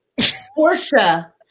Portia